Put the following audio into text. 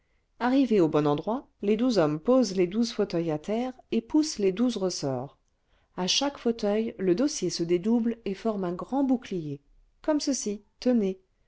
arrivés au bon endroit les douze hommes posent les douze fauteuils à terre et poussent les douze ressorts a chaque fauteuil le dossier se dédouble et forme un grand bouclier comme ceci tenez